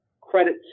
credit